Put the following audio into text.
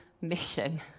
mission